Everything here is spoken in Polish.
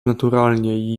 naturalnie